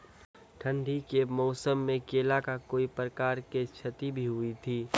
ठंडी के मौसम मे केला का कोई प्रकार के क्षति भी हुई थी?